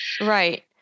Right